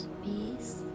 peace